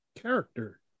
character